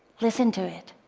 listen to it.